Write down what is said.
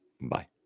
Bye